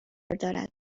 دارد